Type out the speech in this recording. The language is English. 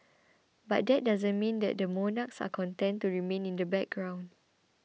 but that doesn't mean that the monarchs are content to remain in the background